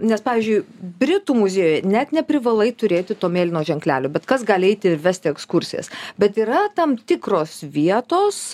nes pavyzdžiui britų muziejuj net neprivalai turėti to mėlyno ženklelio bet kas gali eiti vesti ekskursijas bet yra tam tikros vietos